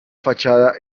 fachada